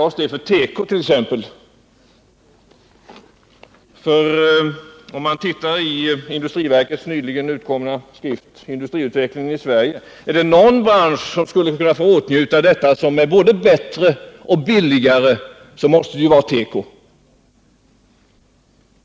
Om det är någon bransch som borde få åtnjuta det som är både bättre och billigare så är det väl teko.